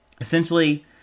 essentially